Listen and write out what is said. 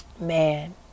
man